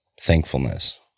thankfulness